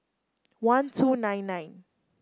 one two nine nine